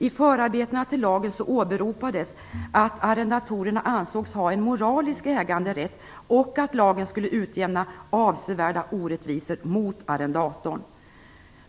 I förarbetena till lagen åberopades att arrendatorerna ansågs ha en moralisk äganderätt och att lagen skulle utjämna avsevärda orättvisor mot arrendatorn.